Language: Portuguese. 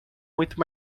muito